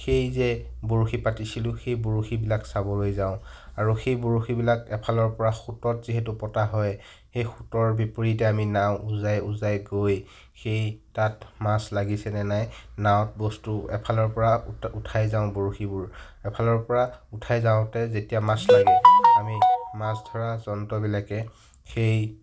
সেইযে বৰশী পাতিছিলোঁ সেই বৰশীবিলাক চাবলৈ যাওঁ আৰু সেই বৰশীবিলাক এফালৰ পৰা সোঁতত যিহেতু পতা হয় সেই সোঁতৰ বিপৰীতে আমি নাও উজাই উজাই গৈ সেই তাত মাছ লাগিছেনে নাই নাৱত বস্তু এফালৰ পৰা উঠা উঠাই যাওঁ বৰশীবোৰ এফালৰ পৰা উঠাই যাওঁতে যেতিয়া মাছ লাগে আমি মাছ ধৰা যন্ত্ৰবিলাকে সেই